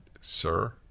sir